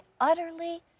utterly